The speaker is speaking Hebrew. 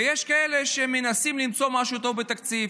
ויש כאלה שמנסים למצוא משהו טוב בתקציב.